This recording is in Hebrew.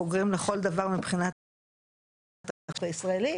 בוגרים לכל דבר מבחינת החוק הישראלי.